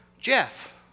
Jeff